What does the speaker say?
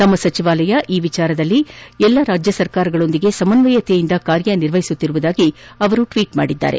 ತಮ್ಮ ಸಚಿವಾಲಯ ಈ ವಿಚಾರದಲ್ಲಿ ರಾಜ್ಯ ಸರ್ಕಾರಗಳೊಂದಿಗೆ ಸಮಸ್ವಯತೆಯಿಂದ ಕಾರ್ಯನಿರ್ವಹಿಸುತ್ತಿರುವುದಾಗಿ ಅವರು ಟ್ವೀಟ್ ಮಾಡಿದ್ದಾರೆ